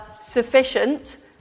sufficient